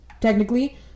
technically